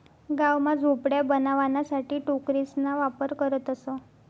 गाव मा झोपड्या बनवाणासाठे टोकरेसना वापर करतसं